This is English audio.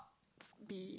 be